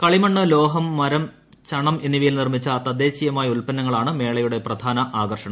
കളിമണ്ണ് ലോഹം മരം ചണം എന്നിവയിൽ നിർമ്മിച്ച തദ്ദേശീയമായ ഉൽപ്പന്നങ്ങളാണ് മേളയുടെ പ്രധാന ആകർഷണം